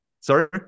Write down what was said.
Sorry